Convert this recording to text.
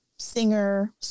Singer